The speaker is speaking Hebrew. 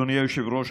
אדוני היושב-ראש,